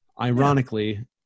Ironically